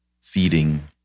feeding